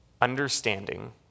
understanding